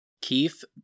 Keith